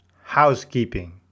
housekeeping